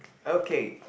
okay